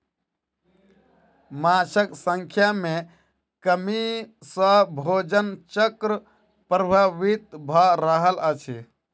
माँछक संख्या में कमी सॅ भोजन चक्र प्रभावित भ रहल अछि